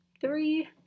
three